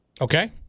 Okay